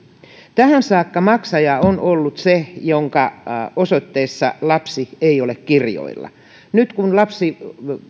tähän saakka maksaja on ollut se jonka osoitteessa lapsi ei ole kirjoilla nyt kun lapsi